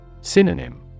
Synonym